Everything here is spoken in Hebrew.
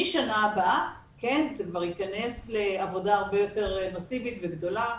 מהשנה הבאה זה כבר ייכנס לעבודה הרבה יותר מסיבית וגדולה,